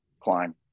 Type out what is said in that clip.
climb